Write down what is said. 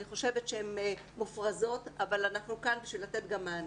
אני חושבת שהן מופרזות אבל אנחנו כאן גם כדי לתת מענה.